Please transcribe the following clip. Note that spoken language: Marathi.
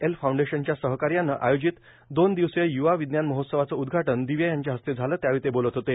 एल फाउंडेशनच्या सहकार्यानं आयोजित दोन दिवसीय यूवा विज्ञान महोत्सवाचं उदघाटन दिवे यांच्या हस्ते झालं त्यावेळी ते बोलत होते